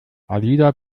alida